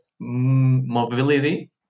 mobility